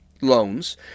loans